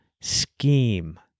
scheme